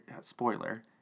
spoiler